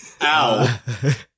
Ow